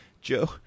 Joe